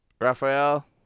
Raphael